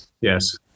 Yes